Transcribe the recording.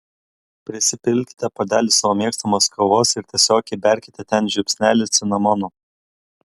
prisipilkite puodelį savo mėgstamos kavos ir tiesiog įberkite ten žiupsnelį cinamono